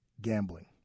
gambling